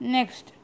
Next